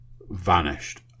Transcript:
vanished